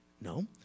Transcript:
No